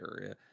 area